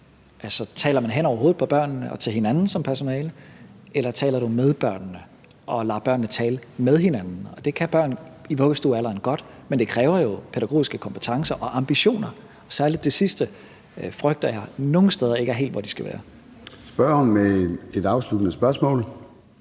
taler man hen over hovedet på børnene og til hinanden som personale, eller taler du med børnene og lader børnene tale med hinanden? Det kan børn i vuggestuealderen godt, men det kræver jo pædagogiske kompetencer og ambitioner, særlig de sidste frygter jeg nogen steder ikke er helt, hvor de skal være. Kl. 13:38 Formanden (Søren